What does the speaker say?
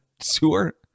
sewer